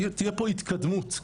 איפשר להיות מפקד,